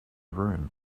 room